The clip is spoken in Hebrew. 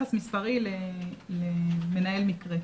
יחס מספרי למנהל מקרה,